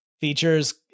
features